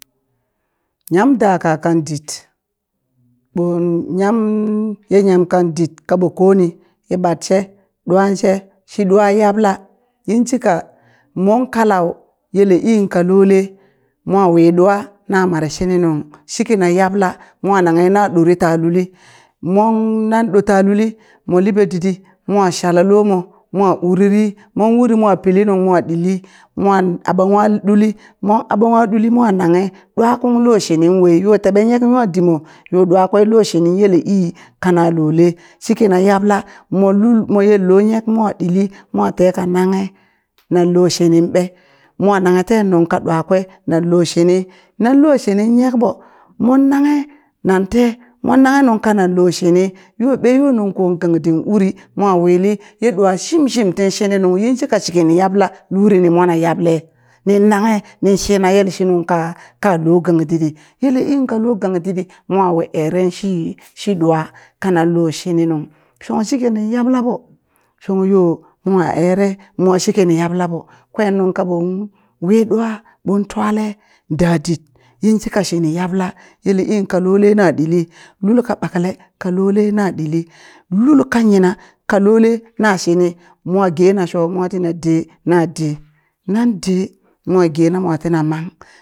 Nyam daka kan dit ɓon ye yam kan dit kaɓon koni ye ɓat she ɗwa she shi ɗwa yabla yinshika monka lau yele ii ka lole mo wi ɗwa na mare shini nung shikina yabla mo nanghe na ɗore ta luli mon nan ɗota luli mo liɓe ditɗi mo shala lomo mo uriri mon uri mo pili nung mo ɗilli mo aɓa nwa le ɗuli mon aɓa nwa ɗuli mo nanghe ɗwa kung lo shining wai yo teɓe nyek nwa dimo yo ɗwakwe lo shini yele ii kana lole shi kina yaɓla mo lul mo yello nyek mo illi mo teka nanghe nan lo shining be? mo nanghe ten nunka ɗwa kwe nan lo shini nan lo shinin nyek ɓo mon nanghe nan tee mon nanghe nunka nanlo shini yo ɓeyo nungko gang dit uri mo wili ye ɗwa uri shim shim tin shini nung yin shika shi kini yabla lurini mwana yable nin nanghe nan shina yele nungka ka lo gang ditɗi yele ii ka lo gang ditɗi mwa ere shi shi ɗwa kanan lo shini nung shong shi kini yabla ɓo shong yo mo ere mwa shi kini yabla ɓo kwen nungka ɓon wi ɗwa ɓon twale dadit yinshika shini yabla yele ii ka lole na ɗili lul ka ɓakle ka lole na ɗili lulka yina ka lole na shini mwa gena sho mwa tina dee nan dee nan dee mo gena mwa tina mang